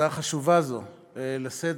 הצעה חשובה זו לסדר-היום,